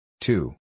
Two